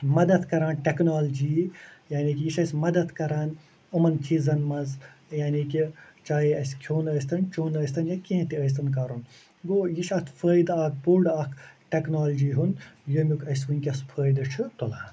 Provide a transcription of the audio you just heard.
مدتھ کَران ٹٮ۪کنالجی یعنی کہِ یہِ چھِ اَسہِ مدتھ کَران اُمن چیٖزن منٛز یعنی کہِ چاہیے اَسہِ کھوٚن ٲستن چیوٚن ٲستن یا کیٚنٛہہ تہِ ٲستن کَرُن گوٚو یہِ چھِ اَتھ فٲیدٕ اکھ بوٚڑ ٹٮ۪کنالجی ہُنٛد ییٚمُک اَسہِ وٕنکٮ۪س فٲیدٕ چھُ تُلان